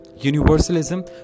universalism